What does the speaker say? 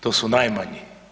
To su najmanji.